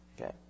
okay